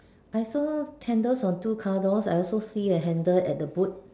I saw candles on two car door I also see a handle at the boot